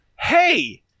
hey